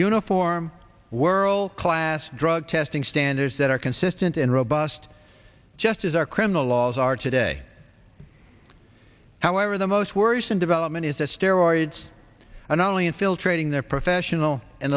uniform world class drug testing standards that are consistent and robust just as our criminal laws are today however the most worrisome development is that steroids are not only infiltrating their professional and